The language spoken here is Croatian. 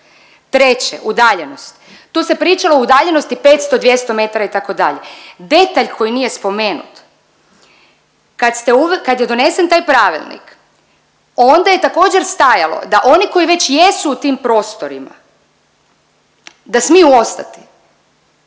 Treće, udaljenost, tu se pričalo o udaljenosti 500, 200 metara itd., detalj koji nije spomenut. Kad je donesen taj pravilnik onda je također stajalo da oni koji već jesu u tim prostorima da smiju ostati,